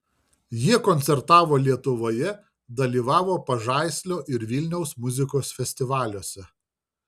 jie koncertavo lietuvoje dalyvavo pažaislio ir vilniaus muzikos festivaliuose